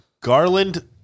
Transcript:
Garland